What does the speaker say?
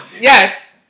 Yes